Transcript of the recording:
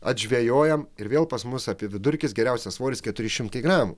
atžvejojam ir vėl pas mus apie vidurkis geriausias svoris keturi šimtai gramų